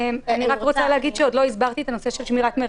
אני רוצה להגיד שעוד לא הסברתי את הנושא של שמירת מרחק.